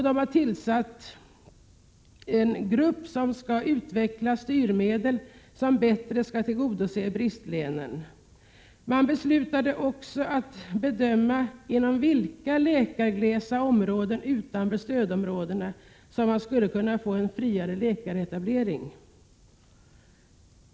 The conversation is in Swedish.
De har tillsatt en grupp som skall utveckla styrmedel för att bättre tillgodose de län där det råder brist på läkare. De beslutade också att bedöma inom vilka läkarglesa områden utanför stödområdena det skulle kunna bli en fri läkaretablering.